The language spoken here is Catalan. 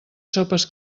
sopes